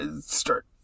start